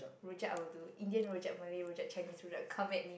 rojak I will do Indian rojak Malay rojak Chinese rojak come it